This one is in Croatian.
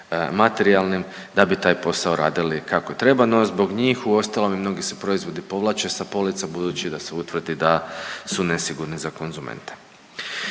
materijalnim da bi taj posao radili kako treba, no zbog njih uostalom i mnogi se proizvodi povlače sa polica budući da se utvrdi da su nesigurni za konzumente.